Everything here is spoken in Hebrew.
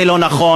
זה לא נכון.